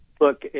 look